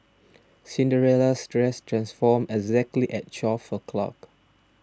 Cinderella's dress transformed exactly at twelve o' clock